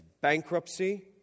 bankruptcy